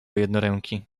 jednoręki